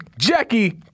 Jackie